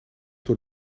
door